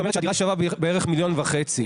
זאת אומרת שהדירה שווה בערך מיליון וחצי.